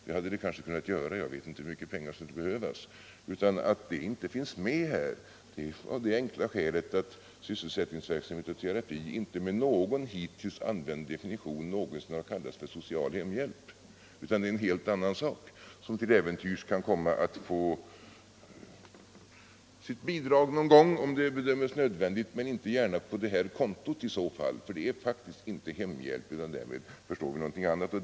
Det hade det kanske kunnat göra — jag vet inte hur mycket pengar som skulle behövas — utan orsaken till att detta inte finns med här är helt enkelt att sysselsättningsverksamhet och terapi inte med någon hittills använd definition någonsin har kallats för social hemhjälp, utan det är en helt annan sak som till äventyrs kan komma att få sitt bidrag någon gång, om det bedöms nödvändigt. Men det kan inte gärna ske över det här kontot i så fall, för med hemhjälp förstår vi faktiskt något annat.